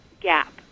gap